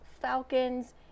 falcons